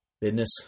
Business